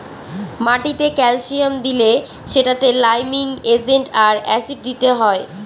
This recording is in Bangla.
মাটিতে ক্যালসিয়াম দিলে সেটাতে লাইমিং এজেন্ট আর অ্যাসিড দিতে হয়